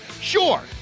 Sure